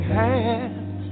hands